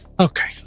Okay